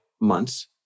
months